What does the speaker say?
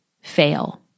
fail